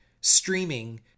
streaming